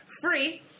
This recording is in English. free